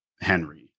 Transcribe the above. henry